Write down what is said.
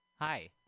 Hi